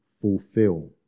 fulfill